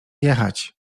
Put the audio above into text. jechać